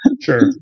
Sure